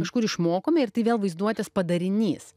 kažkur išmokome ir tai vėl vaizduotės padarinys